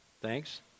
Thanks